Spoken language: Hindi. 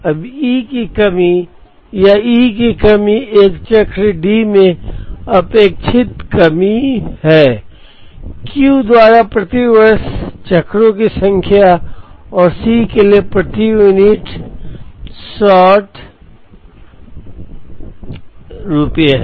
अब E की कमी या E की कमी एक चक्र D में अपेक्षित कमी है Q द्वारा प्रति वर्ष चक्रों की संख्या और C के लिए प्रति यूनिट शॉर्ट रुपये है